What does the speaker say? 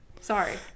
Sorry